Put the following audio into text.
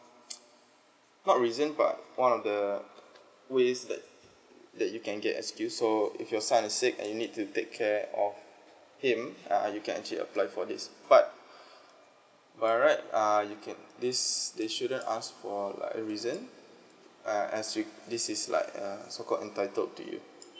not reason but one of the ways that that you can get excused so if your son is sick and you need to take care of him uh you can actually apply for this but by right err you can this they shouldn't ask for like a reason uh as it this is like a so called entitled to you